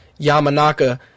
Yamanaka